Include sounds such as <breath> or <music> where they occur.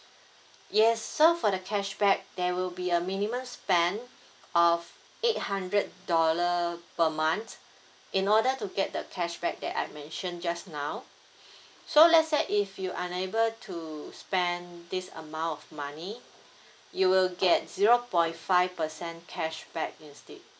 yes so for the cashback there will be a minimum spend of eight hundred dollar per month in order to get the cashback that I mentioned just now <breath> so let's say if you unable to spend this amount of money <breath> you will get zero point five percent cashback instead